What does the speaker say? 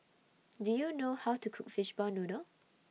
Do YOU know How to Cook Fishball Noodle